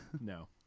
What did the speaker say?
No